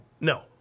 No